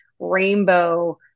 rainbow